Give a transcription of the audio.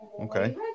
okay